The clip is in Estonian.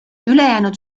ülejäänud